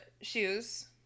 shoes